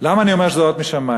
למה אני אומר שזה אות משמים?